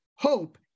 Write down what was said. Hope